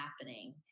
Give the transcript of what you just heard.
happening